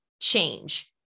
change